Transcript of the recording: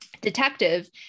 detective